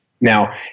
Now